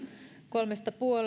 kolme